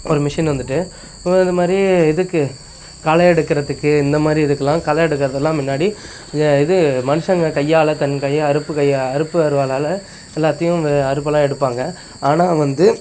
ஒரு மிஷின் வந்துவிட்டு இது மாதிரி இதுக்கு களை எடுக்குறத்துக்கு இந்த மாரி இதுக்குலாம் களை எடுக்குறதுலாம் முன்னாடி இது இது மனுஷங்க கையால் தன் கையை அறுப்புக் கையை அருப்பு அருவாளால் எல்லாத்தையும் அறுப்புலாம் எடுப்பாங்க ஆனால் வந்து